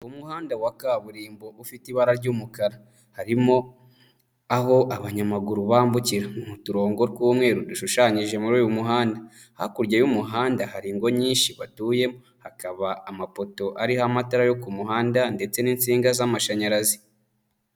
Mu muhanda wa kaburimbo ufite ibara ry'umukara, harimo aho abanyamaguru bambukira mu turongo tw'umweru dushushanyije muri uyu muhanda, hakurya y'umuhanda hari ingo nyinshi batuyemo. Hakaba amapoto ariho amatara yo ku muhanda ndetse n'insinga z'amashanyarazi.